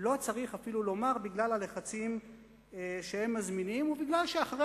לא צריך אפילו לומר בגלל הלחצים שהם מזמינים ומכיוון